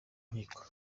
nkiko